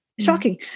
Shocking